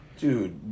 Dude